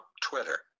Twitter